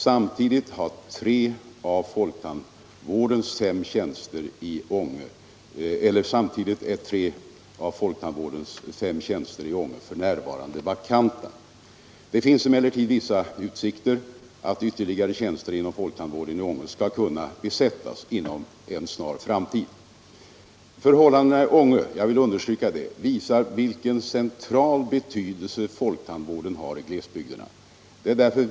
Samtidigt är tre av folktandvårdens fem tjänster i Ånge f. n. vakanta. Det finns emellertid vissa utsikter att viucrligare tjänster inom folktandvården i Ånge skall kunna besättas inom en snar framtid. Förhållandena i Ånge, jag vill understryka det, visar vilken central betydelse folktandvården har i glesbygden. Det är därför.